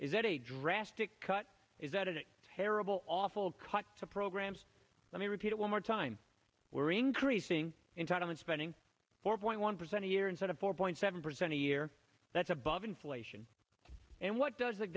is a drastic cut is that it arable awful cut programs let me repeat it one more time we're increasing in time and spending four point one percent a year instead of four point seven percent a year that's above inflation and what does th